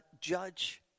judge